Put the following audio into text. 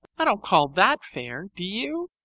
i don't call that fair, do you?